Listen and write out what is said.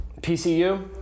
PCU